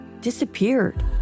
disappeared